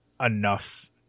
enough